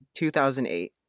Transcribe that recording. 2008